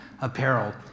apparel